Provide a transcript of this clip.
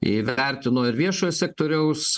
įvertino ir viešojo sektoriaus